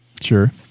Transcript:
Sure